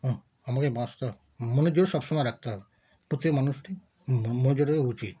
হুম আমাকে বাঁচতে হবে মনের জোর সবসময় রাখতে হবে প্রত্যেক মানুষকে মনের জোর রাখা উচিত